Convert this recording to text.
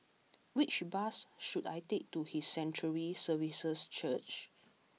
which bus should I take to His Sanctuary Services Church